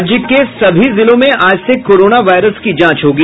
राज्य के सभी जिलों में आज से कोरोना वायरस की जांच होगी